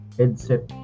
headset